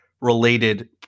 related